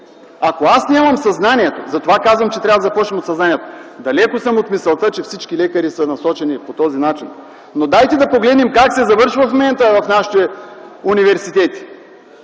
Ако аз нямам съзнанието - затова казвам, че трябва да започнем от съзнанието. Далече съм от мисълта, че всички лекари са насочени по този начин. Но дайте да погледнем как се завършва в момента в нашите университети,